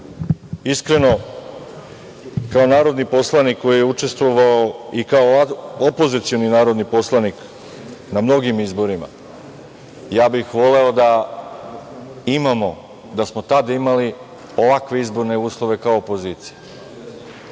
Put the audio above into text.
vlast. Iskreno, kao narodni poslanik koji je učestvovao i kao opozicioni narodni poslanik na mnogim izborima, ja bih voleo da smo tada imali ovakve izborne uslove kao opozicija.